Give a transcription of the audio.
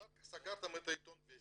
אחר כך סגרתם א ת העיתון וסטי,